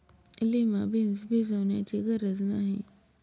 lima beans भिजवण्याची गरज नाही